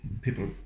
people